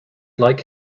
like